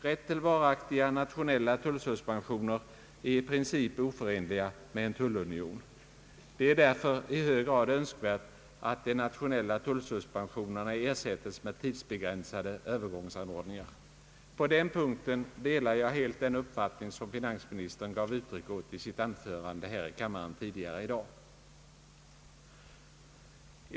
Rätt till varaktiga nationella tullsuspensioner är i princip oförenliga med en tullunion. Det är därför i hög grad önskvärt att de nationella tullsuspensionerna ersättes med tidsbegränsade övergångsanordningar. På den punkten delar jag helt den uppfattning som finansministern gav uttryck åt i sitt anförande här i kammaren tidigare i dag.